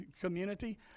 community